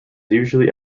usually